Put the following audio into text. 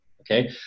Okay